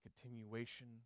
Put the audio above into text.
continuation